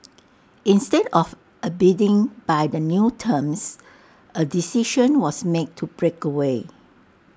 instead of abiding by the new terms A decision was made to break away